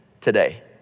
today